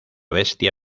bestia